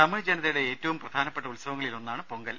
തമിഴ് ജനതയുടെ ഏറ്റവും പ്രധാനപ്പെട്ട ഉത്സവങ്ങളിൽ ഒന്നാണ് പൊങ്കൽ